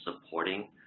supporting